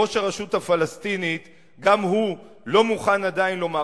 ראש הרשות הפלסטינית גם הוא לא מוכן עדיין לומר,